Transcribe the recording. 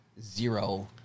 zero